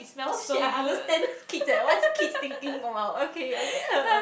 oh shit I understand kids leh what's kids thinking about okay okay